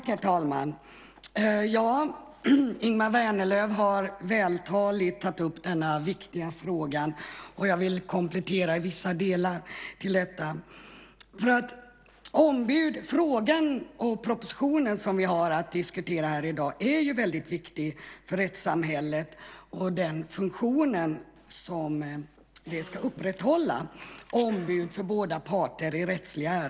Herr talman! Ingemar Vänerlöv har vältaligt tagit upp denna viktiga fråga, och jag vill göra kompletteringar i vissa delar. Frågan om ombud för båda parter i rättsliga ärenden i den proposition som vi har att diskutera här i dag är väldigt viktig för rättssamhället och den funktion som det ska upprätthålla.